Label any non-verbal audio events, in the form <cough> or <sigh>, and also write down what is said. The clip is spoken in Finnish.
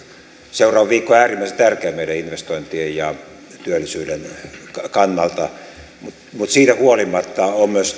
seuraava viikko on äärimmäisen tärkeä meidän investointien ja työllisyyden kannalta mutta siitä huolimatta on myös <unintelligible>